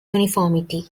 uniformity